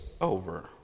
over